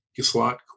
slot